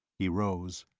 he rose.